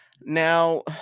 now